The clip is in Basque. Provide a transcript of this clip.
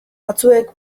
batzuek